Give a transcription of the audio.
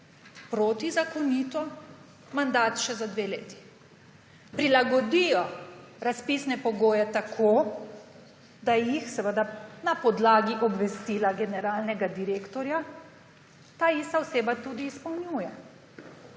protizakonito mandat še za dve leti, prilagodijo razpisne pogoje tako, da jih − seveda na podlagi obvestila generalnega direktorja − ta ista oseba tudi izpolnjuje.